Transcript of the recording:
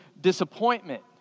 disappointment